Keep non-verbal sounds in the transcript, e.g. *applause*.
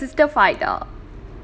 *laughs* but you and your sister fight ah